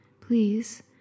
please